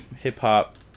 hip-hop